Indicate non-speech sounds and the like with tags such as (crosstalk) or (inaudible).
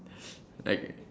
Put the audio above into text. (breath) like